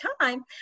time